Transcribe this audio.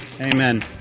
Amen